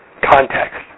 Context